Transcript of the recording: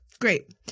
Great